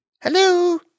Hello